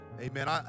amen